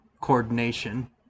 Coordination